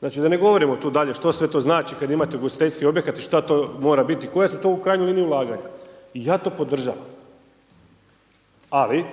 Znači da ne govorim tu dalje što sve to znači kada imate ugostiteljski objekat i što to mora biti i koja su to u krajnjoj liniji ulaganja i ja to podržavam. Ali